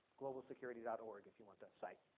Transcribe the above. globalsecurity dot org if you want the site.